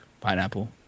pineapple